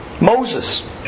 Moses